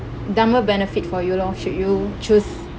double benefit for you lor should you choose